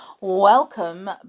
welcome